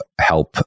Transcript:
help